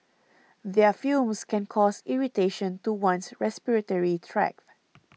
their fumes can cause irritation to one's respiratory tract